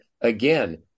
again